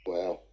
Wow